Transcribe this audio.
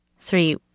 Three